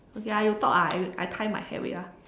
okay ah you talk ah I I tie my hair wait ah